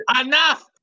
Enough